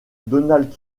donald